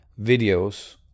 videos